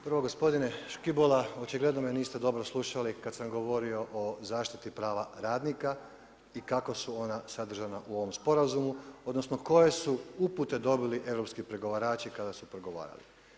Prvo gospodine Škibola očigledno me niste dobro slušali kad sam govorio o zaštiti prava radnika i kako su ona sadržana u ovom Sporazumu, odnosno koje su upute dobili europski pregovarači kada su pregovarali.